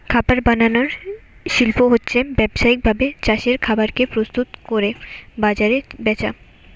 খাবার বানানার শিল্প হচ্ছে ব্যাবসায়িক ভাবে চাষের খাবার কে প্রস্তুত কোরে বাজারে বেচা